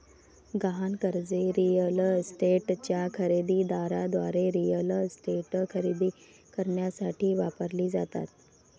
गहाण कर्जे रिअल इस्टेटच्या खरेदी दाराद्वारे रिअल इस्टेट खरेदी करण्यासाठी वापरली जातात